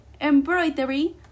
embroidery